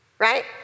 right